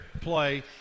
play